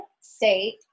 state